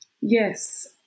Yes